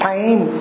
Time